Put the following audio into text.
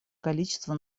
количества